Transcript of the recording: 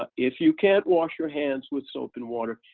ah if you can't wash your hands with soap and water,